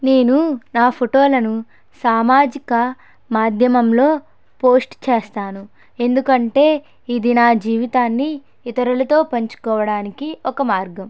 నేను నా ఫోటోలను సామాజిక మాధ్యమంలో పోస్ట్ చేస్తాను ఎందుకంటే ఇది నా జీవితాన్ని ఇతరులతో పంచుకోవడానికి ఒక మార్గం